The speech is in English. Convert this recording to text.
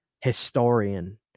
historian